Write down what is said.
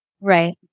Right